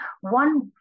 One